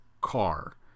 car